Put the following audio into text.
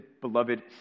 beloved